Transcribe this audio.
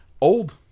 Old